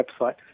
website